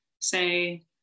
say